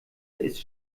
ist